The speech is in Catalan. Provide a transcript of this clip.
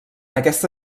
aquesta